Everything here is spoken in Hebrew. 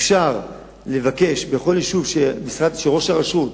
אפשר לבקש בכל יישוב שראש הרשות